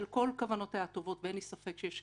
על כל כוונותיה הטובות ואין לי ספק שיש